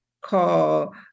call